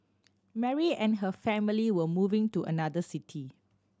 Mary and her family were moving to another city